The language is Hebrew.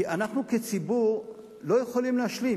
כי אנחנו כציבור לא יכולים להשלים.